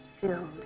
filled